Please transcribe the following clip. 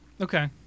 Okay